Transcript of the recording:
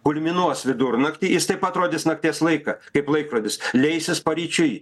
kulminuos vidurnaktį jis taip pat rodys nakties laiką kaip laikrodis leisis paryčiui